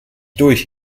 durch